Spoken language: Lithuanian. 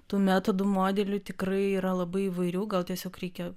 tų metodų modelių tikrai yra labai įvairių gal tiesiog reikia